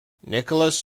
nicholas